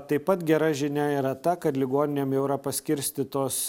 taip pat gera žinia yra ta kad ligoninėm jau yra paskirstytos